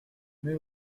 mets